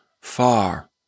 far